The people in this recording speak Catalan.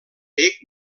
bec